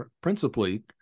principally